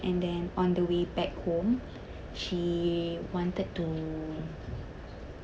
and then on the way back home she wanted to